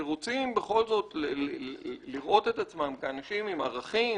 שרוצים לראות את עצמם כאנשים עם ערכים